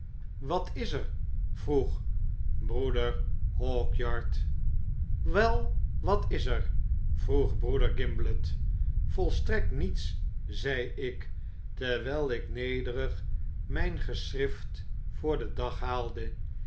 vat is er vroeg broeder hawkyard wel wat is er vroeg broeder gimblet volstrekt niets zei ik terwyl ik nederig myn geschrift voor den dag haalde